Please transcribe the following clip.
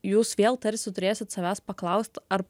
jūs vėl tarsi turėsit savęs paklaust ar